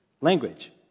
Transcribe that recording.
Language